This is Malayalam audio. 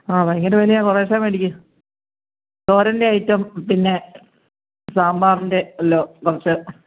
ആ ഭയങ്കര വിലയാണ് കുറേശ്ശെ ശ്ശെ മേടിക്ക് തോരൻ്റെ ഐറ്റം പിന്നെ സാമ്പാറിൻ്റെ എല്ലാം കറച്ച്